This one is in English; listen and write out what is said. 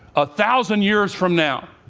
a thousand years from now,